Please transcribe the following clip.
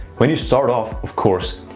when you start off, of course,